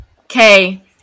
okay